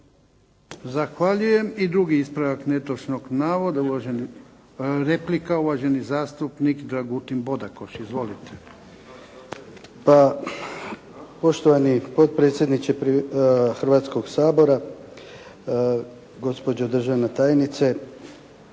Zahvaljujem. I drugi ispravak netočnog navoda … Replika. Uvaženi zastupnik Dragutin Bodakoš. Izvolite. **Bodakoš, Dragutin (SDP)** Poštovani potpredsjedniče Hrvatskoga sabora. Gospođa državna tajnice,